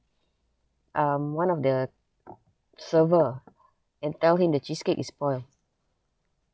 um one of the server and tell him the cheesecake is spoil